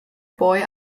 boy